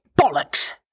Bollocks